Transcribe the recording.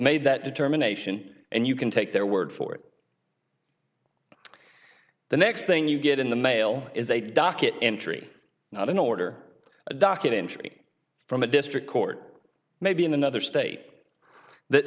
made that determination and you can take their word for it the next thing you get in the mail is a docket entry not an order a docket entry from a district court maybe in another state that